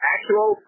Actual